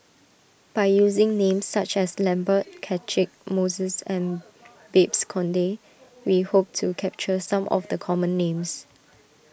by using names such as Lambert Catchick Moses and Babes Conde we hope to capture some of the common names